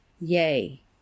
Yay